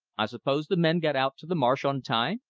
i suppose the men got out to the marsh on time,